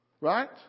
Right